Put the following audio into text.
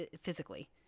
physically